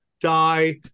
die